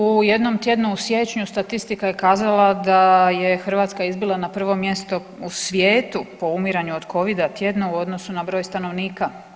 U jednom tjednu u siječnju statistika je kazala da je Hrvatska izbila na prvo mjesto u svijetu po umiranju od Covida tjedno u odnosu na broj stanovnika.